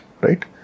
right